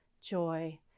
joy